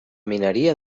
mineria